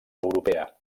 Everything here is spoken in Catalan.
europea